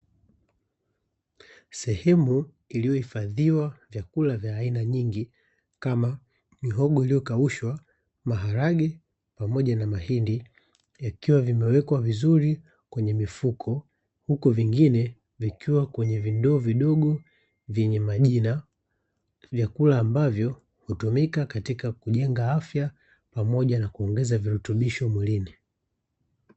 Sehemu iliyohifadhiwa vyakula vya aina nyingi kama mihogo iliyokaushwa, maharage pamoja na mahindi yakiwa vimewekwa vizuri kwenye mifuko huko vingine vikiwa kwenye vindoo vidogo vyenye majina. Vyakula ambavyo hutumika katika kujenga afya pamoja na kuongeza virutubisho mwilini.